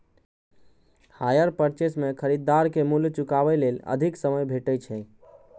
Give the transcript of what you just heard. hire purchase मे खरीदार कें मूल्य चुकाबै लेल अधिक समय भेटै छै